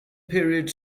period